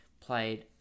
played